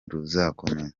ruzakomeza